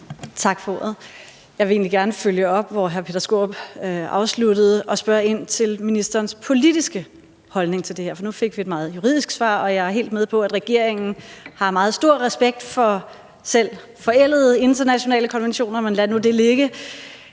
Tak for ordet. Jeg vil egentlig gerne følge op, hvor hr. Peter Skaarup sluttede, og spørge ind til ministerens politiske holdning til det her. Nu fik vi et meget juridisk svar, og jeg er helt med på, at regeringen har meget stor respekt for selv forældede internationale konventioner – men lad nu det ligge.